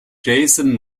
jason